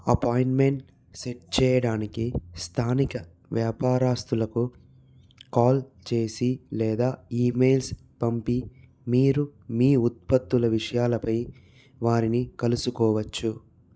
appointment set చేయడానికి స్థానిక వ్యాపారస్థులకు కాల్ చేసి లేదా ఈమెయిల్స్ పంపి మీరు మీ ఉత్పత్తుల విషయాలపై వారిని కలుసుకోవచ్చు